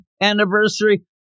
anniversary